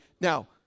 Now